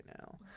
now